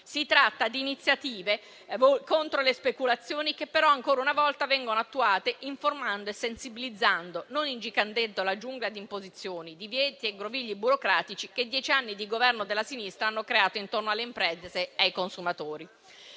Si tratta di iniziative contro le speculazioni che però, ancora una volta, vengono attuate informando e sensibilizzando, non ingigantendo la giungla di imposizioni, divieti e grovigli burocratici che dieci anni di Governo della sinistra hanno creato intorno alle imprese e ai consumatori.